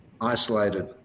isolated